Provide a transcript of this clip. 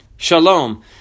Shalom